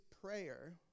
prayer